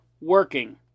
working